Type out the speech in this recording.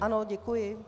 Ano, děkuji.